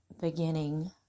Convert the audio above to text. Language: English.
beginning